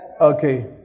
Okay